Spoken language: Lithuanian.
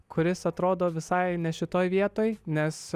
kuris atrodo visai ne šitoje vietoj nes